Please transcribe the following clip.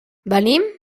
venim